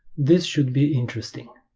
this should be interesting